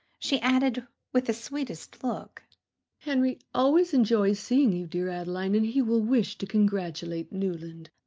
she added, with the sweetest look henry always enjoys seeing you, dear adeline and he will wish to congratulate newland.